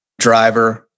driver